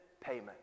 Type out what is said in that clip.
payment